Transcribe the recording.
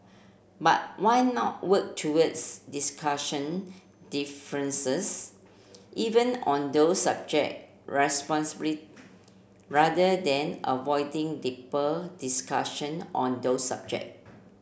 but why not work towards discussion differences even on those subject responsibly rather than avoiding deeper discussion on those subject